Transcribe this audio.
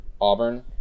Auburn